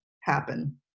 happen